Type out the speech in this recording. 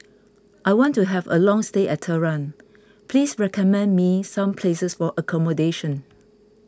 I want to have a long stay at Tehran please recommend me some places for accommodation